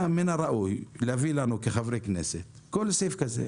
היה מן הראוי להביא לנו כחברי כנסת כל סעיף כזה,